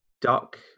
duck